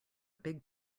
big